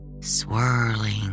swirling